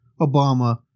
Obama